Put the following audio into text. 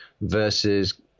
versus